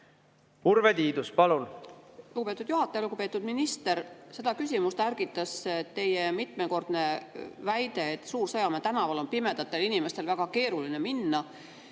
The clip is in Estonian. Urve Tiidus, palun!